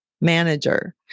manager